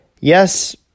yes